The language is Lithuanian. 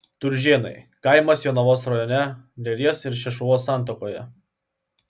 turžėnai kaimas jonavos rajone neries ir šešuvos santakoje